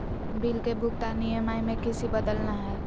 Bill के भुगतान EMI में किसी बदलना है?